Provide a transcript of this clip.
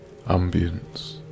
ambience